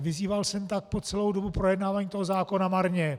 Vyzýval jsem tak po celou dobu projednávání toho zákona marně.